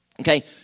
Okay